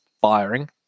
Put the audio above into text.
firing